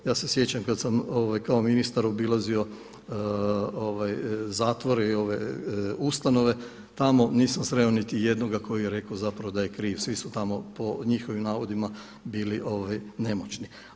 Ja se sjećam kada sam kao ministar obilazio zatvore i ustanove tamo nisam sreo niti jednoga koji je rekao zapravo da je kriv, svi su tamo po njihovim navodima bili nemoćni.